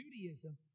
Judaism